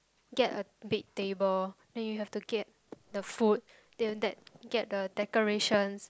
get a big table then you have to get the food then that get the decorations